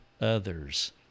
others